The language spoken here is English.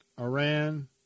Iran